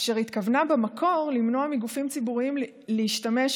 אשר התכוונה במקור למנוע מגופים ציבוריים מלהשתמש